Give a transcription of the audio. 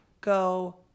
go